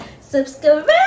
subscribe